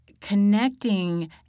connecting